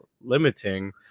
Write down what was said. limiting